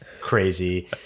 crazy